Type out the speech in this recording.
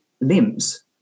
limbs